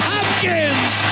Hopkins